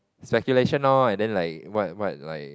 speculation now lor then like what what like